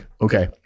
okay